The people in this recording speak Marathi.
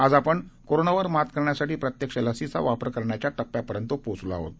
आज आपण कोरोनावर मात करण्यासाठी प्रत्यक्ष लसीचा वापर करण्याच्या टप्प्यापर्यंत पोचलो आहोत